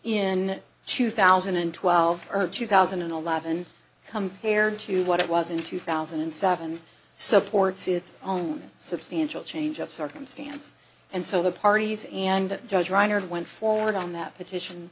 in two thousand and twelve or two thousand and eleven compared to what it was in two thousand and seven supports its own substantial change of circumstance and so the parties and the judge reinard went forward on that petition